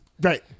right